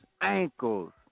ankles